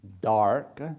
dark